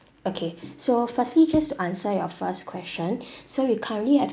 okay so firstly just to answer your first question so we currently have